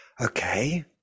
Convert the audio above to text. Okay